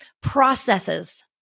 processes